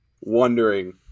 wondering